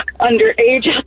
underage